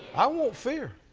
i won't fear.